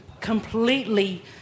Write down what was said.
completely